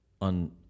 on